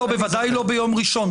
בוודאי לא ביום ראשון.